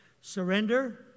Surrender